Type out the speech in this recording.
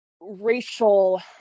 racial